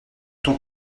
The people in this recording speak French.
ton